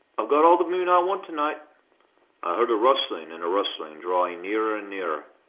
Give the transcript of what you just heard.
i've got all the moon i want to-night. i heard a rustling and a rustling drawing nearer and nearer.